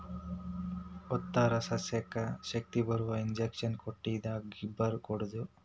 ಒಂತರಾ ಸಸ್ಯಕ್ಕ ಶಕ್ತಿಬರು ಇಂಜೆಕ್ಷನ್ ಕೊಟ್ಟಂಗ ಗಿಬ್ಬರಾ ಕೊಡುದು